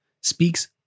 speaks